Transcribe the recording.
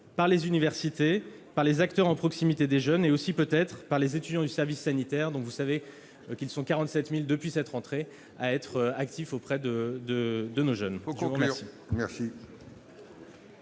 par les universités, par les acteurs en proximité des jeunes et aussi, peut-être, par les étudiants du service sanitaire- ils sont 47 000 depuis cette rentrée à agir auprès de nos jeunes.